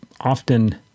often